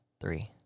three